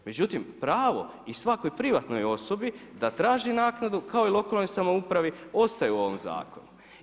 Međutim, pravo i svakoj privatnoj osobi da traži naknadu kao i lokalnoj samoupravi ostaje u ovom zakonu.